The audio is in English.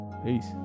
Peace